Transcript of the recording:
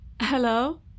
hello